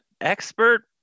expert